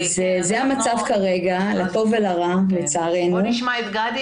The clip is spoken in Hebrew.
זה המצב כרגע, לטוב ולרע, לצערנו.